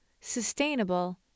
sustainable